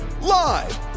Live